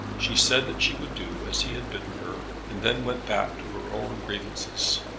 she said that she would do as he had bidden her, and then went back to her own grievances.